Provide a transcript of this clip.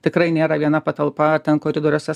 tikrai nėra viena patalpa ten koridoriuose